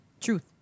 truth